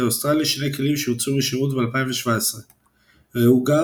האוסטרלי – 2 כלים שהוציאו משירות בשנת 2017. ראו גם